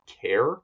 care